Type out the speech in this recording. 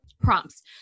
prompts